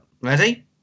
Ready